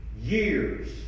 years